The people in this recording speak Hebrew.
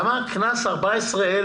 זה הקנס המרבי.